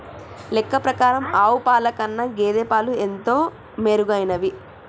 లెక్క ప్రకారం ఆవు పాల కన్నా గేదె పాలు ఎంతో మెరుగైనవి